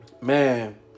man